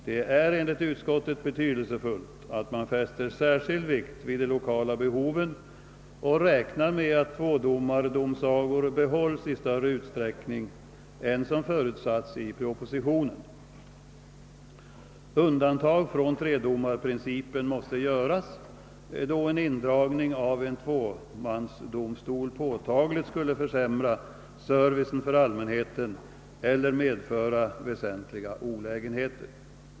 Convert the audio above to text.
Det är enligt utskottet betydelsefullt att man fäster särskild vikt vid de lokala behoven och räknar med att tvådomardomsagor bibehålls i större utsträckning än som förutsatts i propositionen. Undantag från tredomarprincipen måste göras då en indragning av en tvåmansdomstol påtagligt skulle försämra servicen för allmänheten eller medföra väsentliga olägenheter.